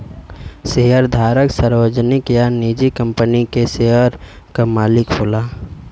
शेयरधारक सार्वजनिक या निजी कंपनी के शेयर क मालिक होला